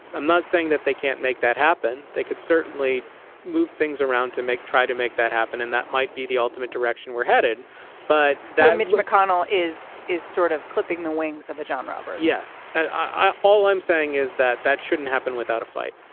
i'm not saying that they can't make that happen. they could certainly move things around to make try to make that happen. and that might be the ultimate direction we're headed but then mitch mcconnell is is sort of clipping the wings of a john roberts. yes, i. all i'm saying is that that shouldn't happen without a fight.